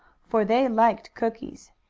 for they liked cookies.